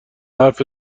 حرفت